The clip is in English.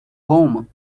home